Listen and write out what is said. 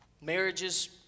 Marriages